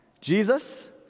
Jesus